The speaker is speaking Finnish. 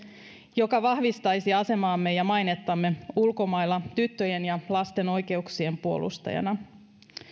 joka vahvistaisi asemaamme ja mainettamme ulkomailla tyttöjen ja lasten oikeuksien puolustajana